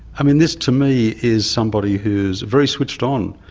i mean this to me is somebody who's very switched on.